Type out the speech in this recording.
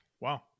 Wow